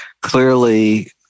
Clearly